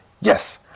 Yes